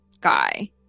guy